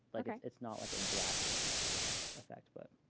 like ah it's not, like, a drastic effect. but